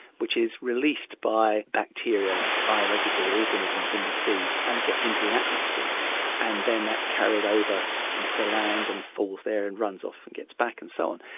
which is released by bacteria, biological organisms in the sea, and gets into the atmosphere and then that's carried over onto the land and falls there and runs off and gets back and so on.